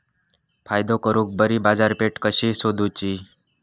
फायदो करून बरी बाजारपेठ कशी सोदुची?